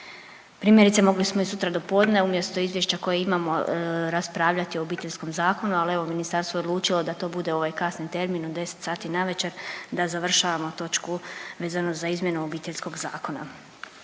Primjerice mogli smo i sutra do podne, umjesto izvješća koje imamo, raspravljati o Obiteljskom zakonu ali evo ministarstvo je odlučilo da to bude ovaj kasni termin od 10 sati navečer, da završavamo točku vezano za izmjenu Obiteljskog zakona.